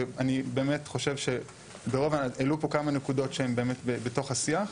ואני באמת חושב שהעלו פה כמה נקודות שהם באמת בתוך השיח,